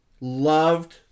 loved